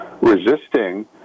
resisting